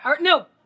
No